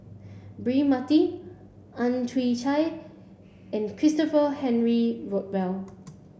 Braema Mathi Ang Chwee Chai and Christopher Henry Rothwell